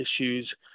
issues